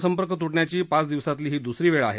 संपर्क तुटण्याची पाच दिवसांतील ही दुसरी वेळ आहे